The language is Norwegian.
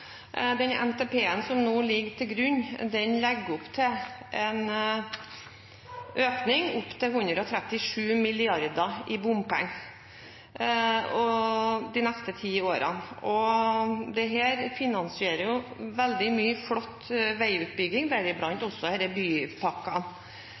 Den NTP-en som nå ligger til grunn, legger opp til en økning inntil 137 mrd. kr i bompenger de neste ti årene. Det finansierer jo veldig mye flott veiutbygging,